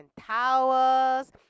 towels